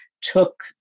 took